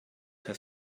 have